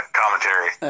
commentary